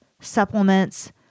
supplements